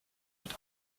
mit